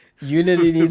unity